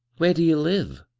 where do ye live?